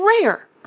rare